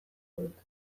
dut